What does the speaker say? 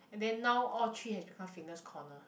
and then now all three has become fitness corner